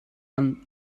and